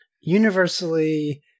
Universally